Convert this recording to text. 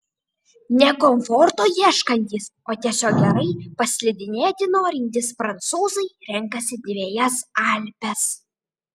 ne komforto ieškantys o tiesiog gerai paslidinėti norintys prancūzai renkasi dvejas alpes